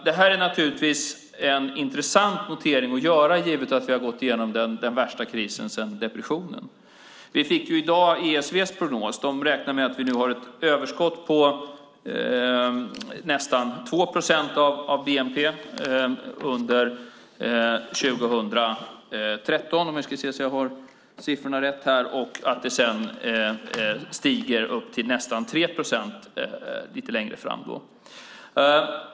Det här är naturligtvis en intressant notering att göra, givet att vi har gått igenom den värsta krisen sedan depressionen. Vi fick i dag ESV:s prognos. De räknar med att vi har ett överskott på nästan 2 procent av bnp under 2013 och att det sedan stiger upp till nästan 3 procent lite längre fram.